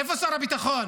איפה שר הביטחון?